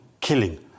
killing